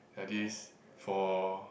at least for